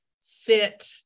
sit